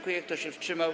Kto się wstrzymał?